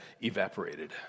evaporated